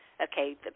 okay